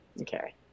okay